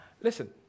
listen